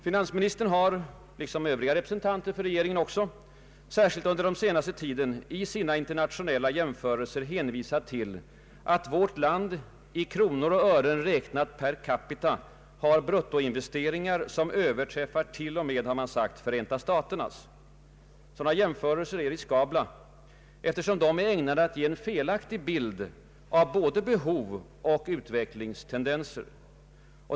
Finansministern har liksom övriga representanter för regeringen, särskilt under den senaste tiden i sina internationella jämförelser hänvisat till att vårt land i kronor och ören räknat per capita har bruttoinvesteringar som Överträffar till och med, har man sagt, Förenta staternas. Sådana jämförelser är riskabla, eftersom de är ägnade att ge en felaktig bild av både behov och utvecklingstendenser.